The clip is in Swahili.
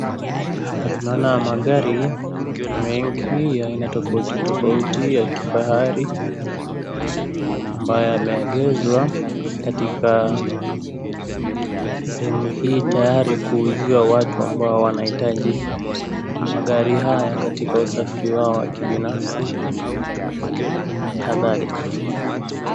Hapa tunaona magari mengi ya aina tofautitofauti ya kifahari, ambayo yameegezwa katika sehemu hii tayari kuuziwa watu ambao wanahitaji magari haya katika usafiri wao wa kibinafsi na kadhalika.